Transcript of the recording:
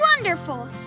wonderful